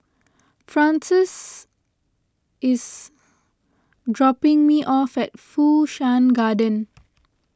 Frances is dropping me off at Fu Shan Garden